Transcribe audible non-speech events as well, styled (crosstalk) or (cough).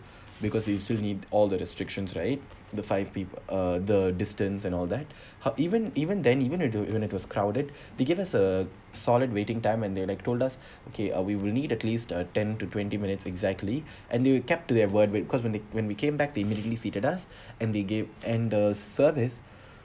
because you still need all the restrictions right the five P uh the distance and all that (breath) ho~ even even then even though even though it was crowded (breath) they give us a solid waiting time and they like told us (breath) okay uh we will need at least a ten to twenty minutes exactly (breath) and they kept to their word because when they when we came back they immediately seated us (breath) and they gave and the service